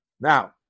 Now